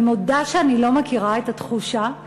אני מודה שאני לא מכירה את התחושה.